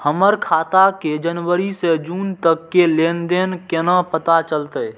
हमर खाता के जनवरी से जून तक के लेन देन केना पता चलते?